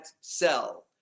cell